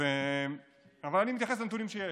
אבל אני מתייחס לנתונים שיש.